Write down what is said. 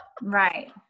Right